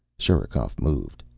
sherikov moved.